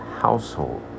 household